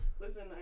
Listen